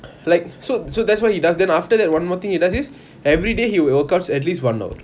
like so so that's why he does then after that one more thing he does is everyday he works out at least one hour